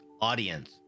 audience